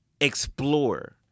explore